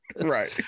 right